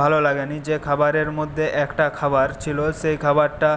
ভালো লাগেনি যে খাবারের মধ্যে একটা খাবার ছিলো সেই খাবারটা